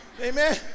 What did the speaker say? Amen